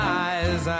eyes